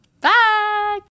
Bye